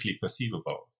perceivable